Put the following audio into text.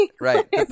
right